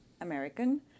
American